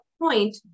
point